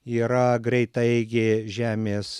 yra greitaeigė žemės